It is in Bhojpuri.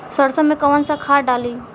सरसो में कवन सा खाद डाली?